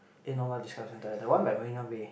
eh no not Discovery Centre the one by Marina Bay